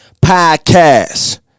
podcast